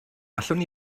allwn